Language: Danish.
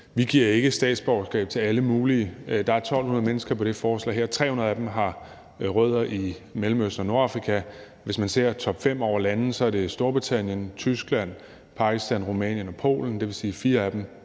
Vi giver ikke statsborgerskab til alle mulige. Der er 1.200 mennesker på det forslag her. 300 af dem har rødder i Mellemøsten og Nordafrika. Hvis man ser på topfem over lande, er det Storbritannien, Tyskland, Pakistan, Rumænien og Polen. Det vil sige, at fire af dem